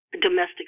domestic